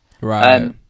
right